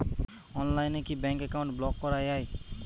অনলাইনে কি bank account block করা য়ায়?